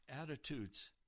attitudes